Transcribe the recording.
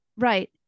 Right